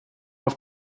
auf